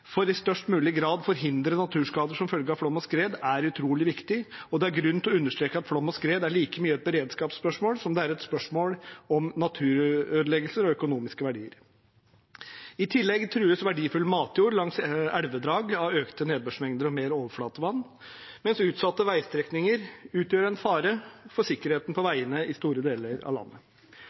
for i størst mulig grad å forhindre naturskader som følge av flom og skred er utrolig viktig, og det er grunn til å understreke at flom og skred er like mye et beredskapsspørsmål som et spørsmål om naturødeleggelser og økonomiske verdier. I tillegg trues verdifull matjord langs elvedrag av økte nedbørsmengder og mer overflatevann, mens utsatte veistrekninger utgjør en fare for sikkerheten på veiene i store deler av landet.